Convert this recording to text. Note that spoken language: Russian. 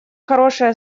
хорошая